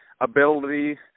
ability